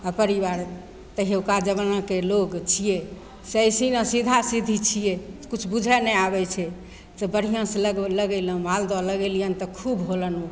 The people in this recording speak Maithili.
आओर परिवार तहिऔका जमानाके लोक सइसिना सीधा सीधी छिए किछु बुझि नहि आबै छै तऽ बढ़िआँसे लगबै लगेलहुँ मालदह लगेलिअनि तऽ खूब होलनि ओ